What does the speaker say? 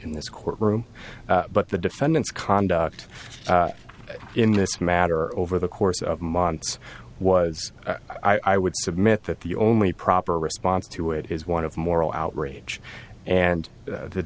in this court room but the defendant's conduct in this matter over the course of months was i would submit that the only proper response to it is one of moral outrage and that the